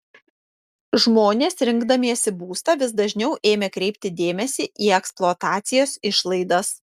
žmonės rinkdamiesi būstą vis dažniau ėmė kreipti dėmesį į eksploatacijos išlaidas